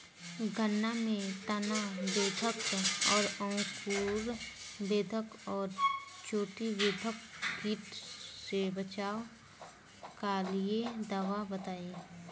गन्ना में तना बेधक और अंकुर बेधक और चोटी बेधक कीट से बचाव कालिए दवा बताई?